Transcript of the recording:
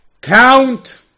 Count